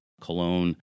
Cologne